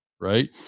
right